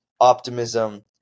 optimism